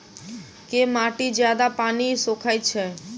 केँ माटि जियादा पानि सोखय छै?